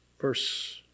Verse